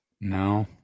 No